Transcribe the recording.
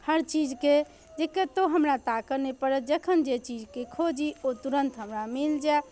हर चीजके जे कतहु हमरा ताकय नहि पड़य जखन जे चीजकेँ खोजी ओ तुरन्त हमरा मिल जाय